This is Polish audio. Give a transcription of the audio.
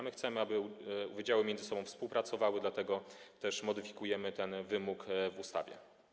My chcemy, aby wydziały miedzy sobą współpracowały, dlatego też modyfikujemy ten wymóg w ustawie.